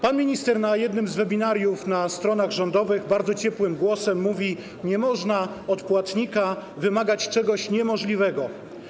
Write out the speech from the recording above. Pan minister na jednym z webinariów na stronach rządowych bardzo ciepłym głosem mówi: nie można od płatnika wymagać czegoś niemożliwego.